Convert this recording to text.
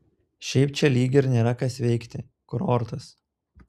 šiaip čia lyg ir nėra kas veikti kurortas